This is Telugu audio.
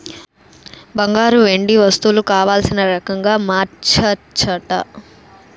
బంగారు, వెండి వస్తువులు కావల్సిన రకంగా మార్చచ్చట